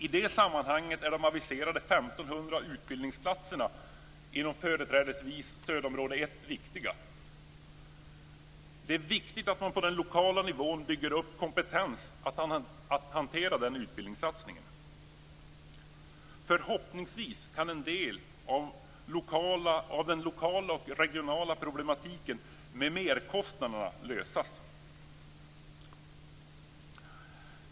I det sammanhanget är de aviserade 1 500 utbildningsplatserna inom företrädesvis stödområde 1 viktiga. Det är betydelsefullt att man på den lokala nivån bygger upp en kompetens för att hantera den utbildningssatsningen. Förhoppningsvis kan en del av den lokala och den regionala problematiken med merkostnaderna lösas.